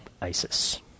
isis